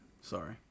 Sorry